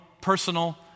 personal